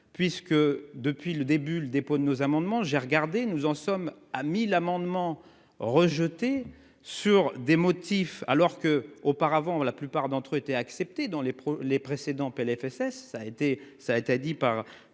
puisque depuis le début le dépôt de nos amendements. J'ai regardé. Nous en sommes à 1000 amendements rejetés sur des motifs alors que auparavant la plupart d'entre eux été acceptée dans les les précédents Plfss a été ça dit par